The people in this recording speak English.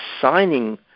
signing